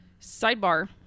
Sidebar